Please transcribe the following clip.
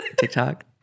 TikTok